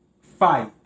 Fight